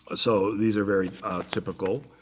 so these are very typical.